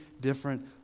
different